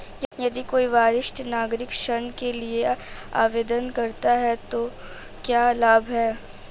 यदि कोई वरिष्ठ नागरिक ऋण के लिए आवेदन करता है तो क्या लाभ हैं?